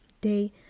day